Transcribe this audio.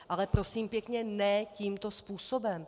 Ale prosím pěkně, ne tímto způsobem.